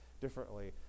differently